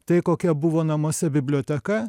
tai kokia buvo namuose biblioteka